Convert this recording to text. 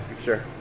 Sure